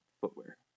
footwear